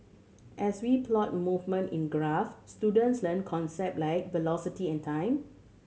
as we plot movement in graphs students learn concept like velocity and time